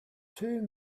two